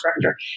director